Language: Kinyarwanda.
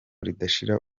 ridashira